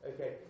Okay